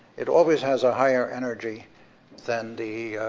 it always has a higher energy than the